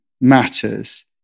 matters